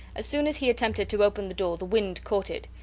as soon as he attempted to open the door the wind caught it.